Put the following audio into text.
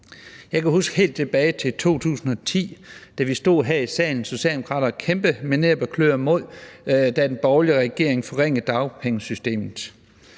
Jeg kan huske helt tilbage til 2010, da vi socialdemokrater stod her i salen og kæmpede med næb og kløer mod det, da den borgerlige regering forringede dagpengesystemet.